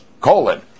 colon